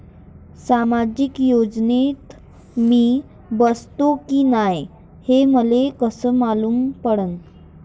सामाजिक योजनेत मी बसतो की नाय हे मले कस मालूम पडन?